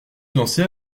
danser